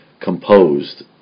composed